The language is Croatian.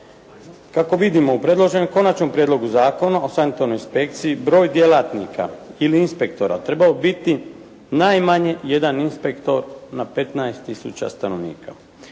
Kako vidimo u predloženom konačnom prijedlogu Zakona o sanitarnoj inspekciji broj djelatnika ili inspektora trebao bi biti najmanje jedan inspektor na 15 tisuća stanovnika.